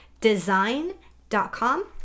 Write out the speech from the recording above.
design.com